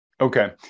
Okay